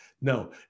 No